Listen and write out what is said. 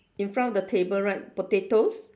in front of the table right potatoes